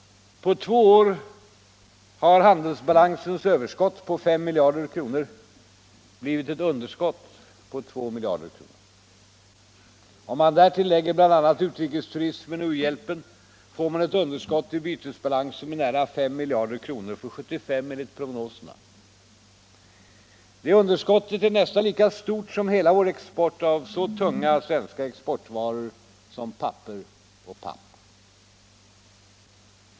På två år har handelsbalansens överskott på 5 miljarder kronor blivit ett underskott på 2 miljarder kronor. Om man därtill lägger bl.a. utrikesturismen och u-hjälpen, får man ett underskott i bytesbalansen med nära 5 miljarder kronor för 1975 enligt prognoserna. Detta underskott är nästan lika stort som hela vår export av så tunga svenska exportvaror som papper och papp.